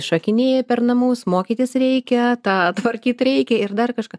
šokinėja per namus mokytis reikia tą tvarkyt reikia ir dar kažką